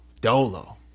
dolo